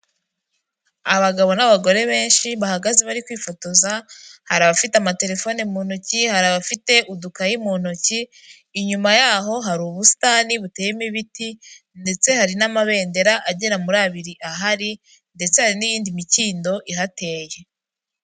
Abagabo n'abagore benshi bahagaze bari kwifotoza, hari abafite amaterefone mu ntoki, hari abafite udukayi mu ntoki, inyuma yaho hari ubusitani buteyemo ibiti ndetse hari n'amabendera agera muri abiri ahari ndetse hari n'iyindi mikindo ihateye.